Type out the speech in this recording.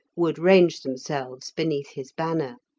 would range themselves beneath his banner.